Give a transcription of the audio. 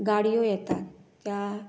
गाड्यो येतात त्या